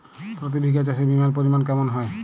প্রতি বিঘা চাষে বিমার পরিমান কেমন হয়?